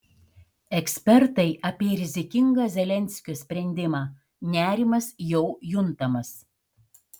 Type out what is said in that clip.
ekspertai apie rizikingą zelenskio sprendimą nerimas jau juntamas